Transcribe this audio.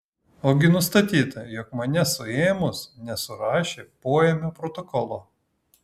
ogi nustatyta jog mane suėmus nesurašė poėmio protokolo